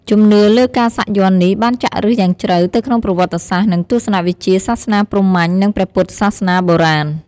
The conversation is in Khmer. ជំនឿលើការសាក់យ័ន្តនេះបានចាក់ឫសយ៉ាងជ្រៅទៅក្នុងប្រវត្តិសាស្ត្រ និងទស្សនវិជ្ជាសាសនាព្រហ្មញ្ញ និងព្រះពុទ្ធសាសនាបុរាណ។